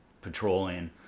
patrolling